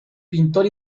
pintor